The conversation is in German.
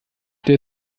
der